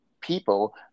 people